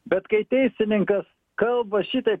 bet kai teisininkas kalba šitaip